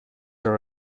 are